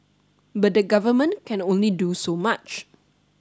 but the government can only do so much